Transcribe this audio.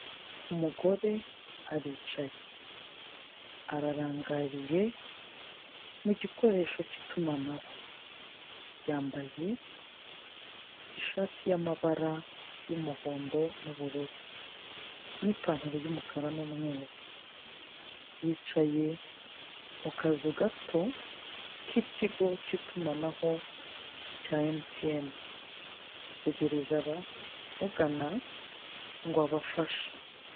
Umugore aricaye ararangariye mugikoresho cy'itumanaho yambaye ishati yamabara y'umuhondo n'ubururu n'ipantaro y'ubururu n'umweru yicayemukazu gato k'ikigo cyitumanaho cya emutiye ategereje abamugana ngo abafashe.